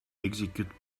execute